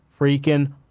freaking